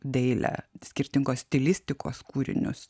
dailę skirtingos stilistikos kūrinius